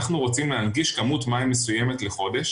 אנחנו רוצים להנגיש כמות מים מסוימת לחודש